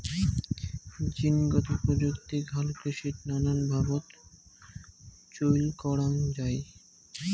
জীনগত প্রযুক্তিক হালকৃষিত নানান ভাবত চইল করাঙ যাই